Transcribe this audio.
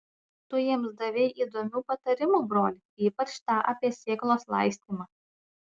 tu jiems davei įdomių patarimų broli ypač tą apie sėklos laistymą